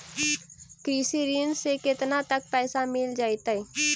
कृषि ऋण से केतना तक पैसा मिल जइतै?